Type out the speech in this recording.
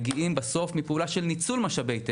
מגיעים מפעולה של ניצול משאבי טבע,